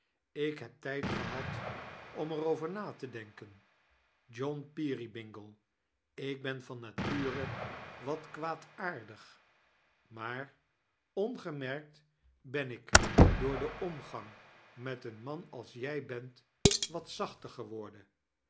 ik heb tijd gehad om er over na te demken john peerybingle ik ben van nature wat kwaadaardig maar ongexnerkt ben ik door den am gang met een man als jij bent wat zachter geworden